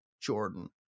Jordan